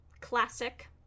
Classic